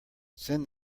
send